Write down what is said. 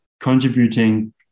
contributing